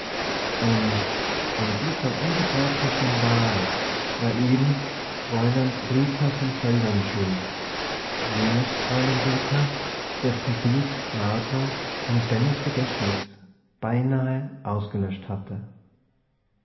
und an dieser unbegreiflichen wahl war eben fräulein rita von veldern schuld jenes fräulein rita dessen bild martha in bennos gedächtnis beinahe ausgelöscht hatte